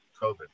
COVID